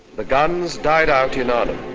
the guns died out in arnhem,